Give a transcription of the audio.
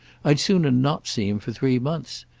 i'd sooner not see him for three months.